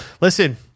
listen